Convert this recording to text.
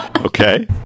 Okay